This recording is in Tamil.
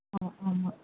ஆ ஆமாம்